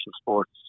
sports